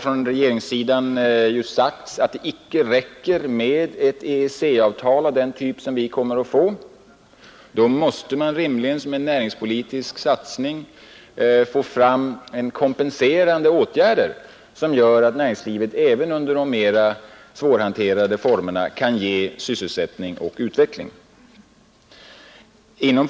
Från regeringssidan har sagts att det icke räcker med ett EEC-avtal av den typ som vi kommer att få. Som en näringspolitisk satsning måste man då få fram kompenserande åtgärder som gör att näringslivet i de mera svårhanterliga formerna kan få sysselsättning och utveckling.